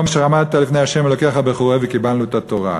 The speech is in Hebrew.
אשר עמדת לפני ה' אלֹהיך בחרב", וקיבלנו את התורה.